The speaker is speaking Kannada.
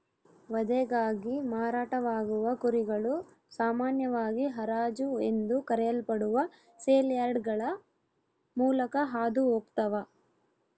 ವಧೆಗಾಗಿ ಮಾರಾಟವಾಗುವ ಕುರಿಗಳು ಸಾಮಾನ್ಯವಾಗಿ ಹರಾಜು ಎಂದು ಕರೆಯಲ್ಪಡುವ ಸೇಲ್ಯಾರ್ಡ್ಗಳ ಮೂಲಕ ಹಾದು ಹೋಗ್ತವ